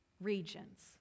Regions